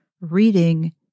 reading